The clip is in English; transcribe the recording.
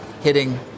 hitting